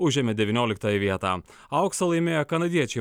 užėmė devynioliktąją vietą auksą laimėję kanadiečiai